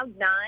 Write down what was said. nine